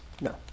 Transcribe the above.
No